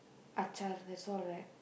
achar that's all right